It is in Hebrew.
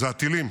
הטילים.